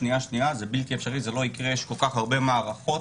שנייה-שנייה זה בלתי אפשרי וזה לא יקרה כי יש כל-כך הרבה מערכות.